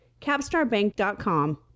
capstarbank.com